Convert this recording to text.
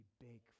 big